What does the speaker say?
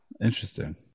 Interesting